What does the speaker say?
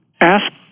ask